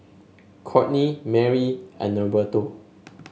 Kourtney Mary and Norberto